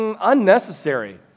unnecessary